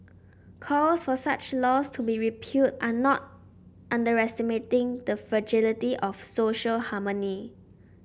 calls for such laws to be repealed are not underestimating the fragility of social harmony